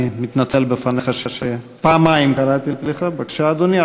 אני מתנצל בפניך שפעמיים קראתי לך, בבקשה, אדוני.